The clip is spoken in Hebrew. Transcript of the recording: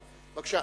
בבקשה.